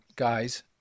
guys